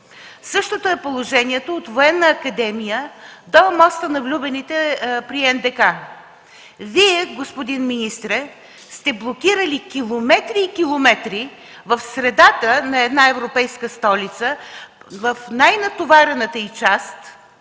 Същото е положението от Военна академия до Моста на влюбените при НДК. Вие, господин министре, сте блокирали километри и километри в средата на една европейска столица, в най-натоварената й част,